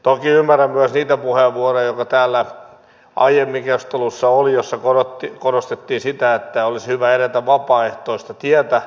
toki ymmärrän myös niitä puheenvuoroja joita täällä aiemmin keskustelussa oli ja joissa korostettiin sitä että olisi hyvä edetä vapaaehtoista tietä